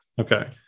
Okay